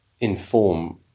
inform